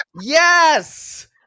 yes